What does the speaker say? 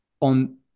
on